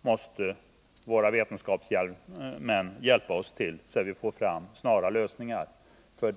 måste våra vetenskapsmän hjälpa oss med, så att vi får fram snara lösningar.